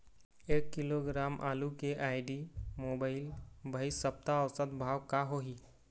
एक किलोग्राम आलू के आईडी, मोबाइल, भाई सप्ता औसत भाव का होही?